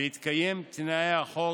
בהתקיים תנאי החוק,